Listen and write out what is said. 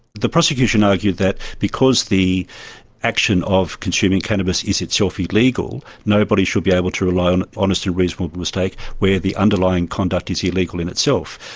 the prosecution argued that because the action of consuming cannabis is itself illegal nobody should be able to rely on honest and reasonable mistake where the underlying conduct is illegal in itself.